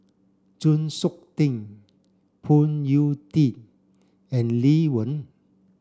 Chng Seok Tin Phoon Yew Tien and Lee Wen